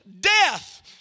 death